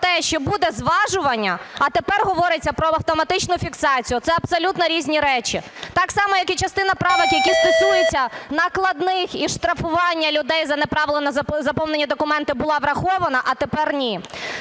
що буде зважування, а тепер говориться про автоматичну фіксацію, це абсолютно різні речі. Так само як і частина правок, які стосуються накладних і штрафування людей за неправильно заповнені документи була врахована, а тепер –